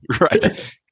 right